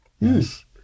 Yes